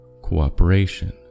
Cooperation